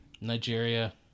Nigeria